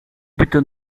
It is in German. bitte